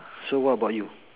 so what about you